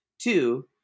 Two